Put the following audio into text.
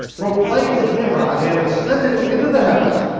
proclaimed that nimrod had ascended into the heavens,